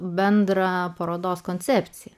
bendrą parodos koncepciją